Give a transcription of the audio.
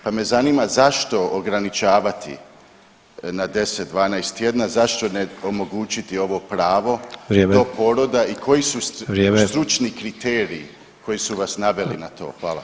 Pa me zanima zašto ograničavati na 10, 12 tjedna, zašto ne omogućiti ovo pravo [[Upadica Sanader: Vrijeme.]] do poroda i koji su stručni kriteriji koju su vas naveli na to?